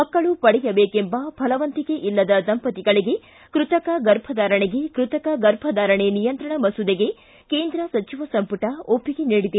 ಮಕ್ಕಳು ಪಡೆಯದೇಕೆಂಬ ಫಲವಂತಿಕೆ ಇಲ್ಲದ ದಂಪತಿಗಳಗೆ ಕೃತಕ ಗರ್ಭಧಾರಣೆಗೆ ಕೃತಕ ಗರ್ಭಧಾರಣೆ ನಿಯಂತ್ರಣ ಮಸೂದೆಗೆ ಕೇಂದ್ರ ಸಚಿವ ಸಂಪುಟ ಒಪ್ಪಿಗೆ ನೀಡಿದೆ